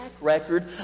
record